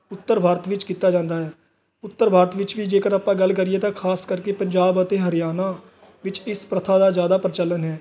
ਉੱਤਰ ਭਾਰਤ ਵਿੱਚ ਕੀਤਾ ਜਾਂਦਾ ਹੈ ਉੱਤਰ ਭਾਰਤ ਵਿੱਚ ਵੀ ਜੇਕਰ ਆਪਾਂ ਗੱਲ ਕਰੀਏ ਤਾਂ ਖ਼ਾਸ ਕਰਕੇ ਪੰਜਾਬ ਅਤੇ ਹਰਿਆਣਾ ਵਿੱਚ ਇਸ ਪ੍ਰਥਾ ਦਾ ਜ਼ਿਆਦਾ ਪ੍ਰਚਲਨ ਹੈ